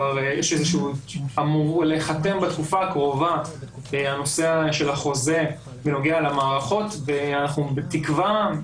אמור להיחתם בתקופה הקרובה הנושא של החוזה בנוגע למערכות ואנחנו בתקווה,